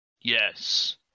Yes